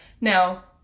Now